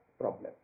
Problem